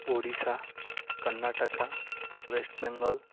Odisha Karnataka West Bengal